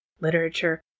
literature